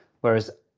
Whereas